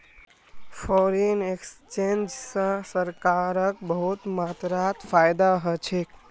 foreign exchange स सरकारक बहुत मात्रात फायदा ह छेक